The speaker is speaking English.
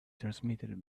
transmitted